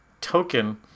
token